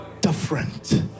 different